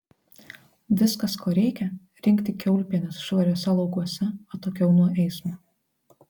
viskas ko reikia rinkti kiaulpienes švariuose laukuose atokiau nuo eismo